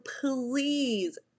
please